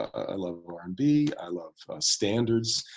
i love r and b, i love standards.